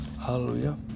Hallelujah